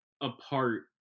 apart